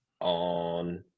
on